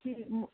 جی مو